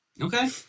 Okay